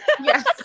Yes